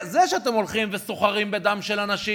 זה שאתם הולכים וסוחרים בדם של אנשים,